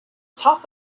top